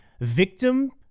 victim